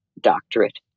doctorate